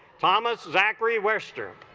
thomas zachary western